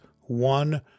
one